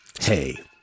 Hey